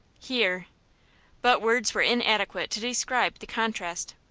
here but words were inadequate to describe the contrast.